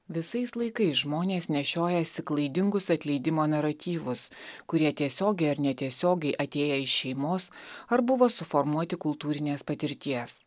visais laikais žmonės nešiojasi klaidingus atleidimo naratyvus kurie tiesiogiai ar netiesiogiai atėję iš šeimos ar buvo suformuoti kultūrinės patirties